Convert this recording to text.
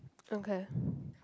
okay